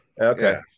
Okay